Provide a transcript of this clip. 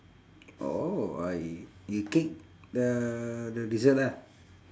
oh I you cake the the dessert ah